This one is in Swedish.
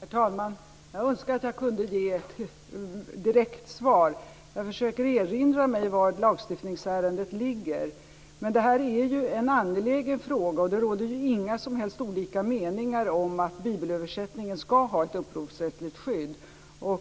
Herr talman! Jag önskar att jag kunde ge ett direkt svar. Jag försöker erinra mig var lagstiftningsärendet ligger. Det här är ju en angelägen fråga, och det råder inga som helst olika meningar om att bibelöversättningen ska ha ett upphovsrättsligt skydd.